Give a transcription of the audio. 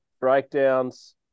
breakdowns